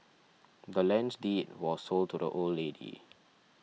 the land's deed was sold to the old lady